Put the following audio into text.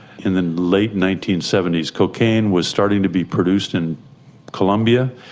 in the late nineteen seventy s, cocaine was starting to be produced in colombia,